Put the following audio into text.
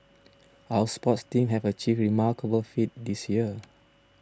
our sports teams have achieved remarkable feats this year